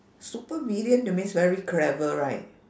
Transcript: supervillain that means very clever right